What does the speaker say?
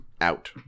out